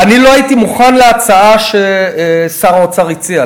אני לא הייתי מוכן להצעה ששר האוצר הציע.